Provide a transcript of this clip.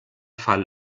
fall